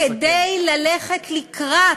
כדי ללכת לקראת,